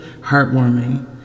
heartwarming